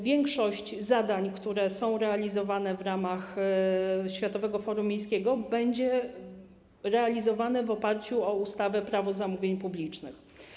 Większość zadań, które są realizowane w ramach Światowego Forum Miejskiego, będzie realizowana w oparciu o ustawę - Prawo zamówień publicznych.